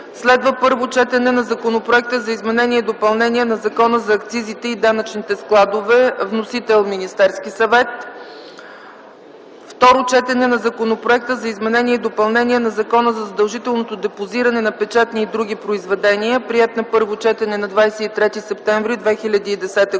12. Първо четене на Законопроекта за изменение и допълнение на Закона за акцизите и данъчните складове. Вносител – Министерският съвет. 13. Второ четене на Законопроекта за изменение и допълнение на Закона за задължителното депозиране на печатни и други произведения, приет на първо четене на 23 септември 2010 г.